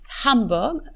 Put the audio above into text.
Hamburg